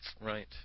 Right